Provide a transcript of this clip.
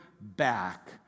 back